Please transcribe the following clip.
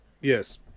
Yes